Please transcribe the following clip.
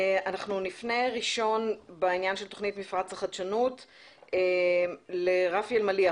אנחנו נפנה בעניין של תכנית מפרץ החדשנות לרפי אלמליח,